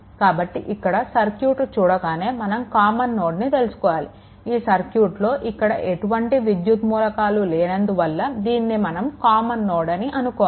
కాబట్టి ఇక్కడ సర్క్యూట్ చూడగానే మనం కామన్ నోడ్ ని తెలుసుకోవాలి ఈ సర్క్యూట్లో ఇక్కడ ఎటువంటి విద్యుత్ మూలకాలు లేనందు చేత దీనిని మనం కామన్ నోడ్ అని అనుకోవాలి